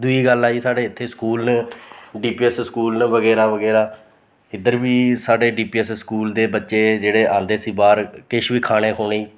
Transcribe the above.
दुई गल्ल आई साढ़ै इत्थें स्कूल न डी पी एस स्कूल न बगैरा बगैरा इद्धर बी साढ़ै डी पी एस स्कूल दे बच्चे जेह्ड़े आंदे सी बाह्र किश बी खाने खूने गी